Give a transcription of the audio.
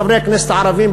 חברי הכנסת הערבים,